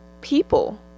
people